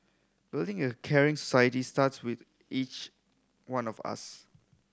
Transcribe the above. building a caring society starts with each one of us